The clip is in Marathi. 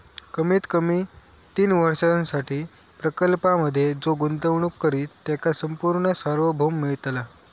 कमीत कमी तीन वर्षांसाठी प्रकल्पांमधे जो गुंतवणूक करित त्याका संपूर्ण सार्वभौम मिळतला